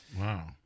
Wow